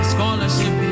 Scholarship